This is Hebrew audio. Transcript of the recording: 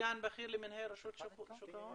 סגן מנהל בכיר לרשות שוק ההון.